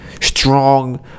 strong